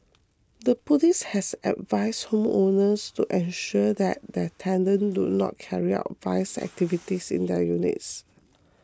the police has advised home owners to ensure that their tenants do not carry out vice activities in their units